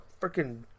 freaking